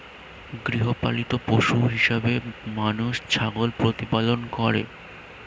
গৃহপালিত পশু হিসেবে মানুষ ছাগল প্রতিপালন করে